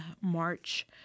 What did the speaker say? March